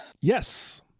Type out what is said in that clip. Yes